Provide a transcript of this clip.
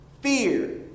fear